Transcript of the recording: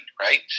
Right